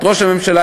את ראש הממשלה,